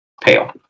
Pale